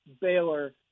Baylor